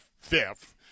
fifth